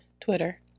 Twitter